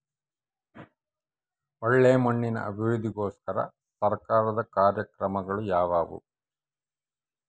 ಒಳ್ಳೆ ಮಣ್ಣಿನ ಅಭಿವೃದ್ಧಿಗೋಸ್ಕರ ಸರ್ಕಾರದ ಕಾರ್ಯಕ್ರಮಗಳು ಯಾವುವು?